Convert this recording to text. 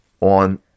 on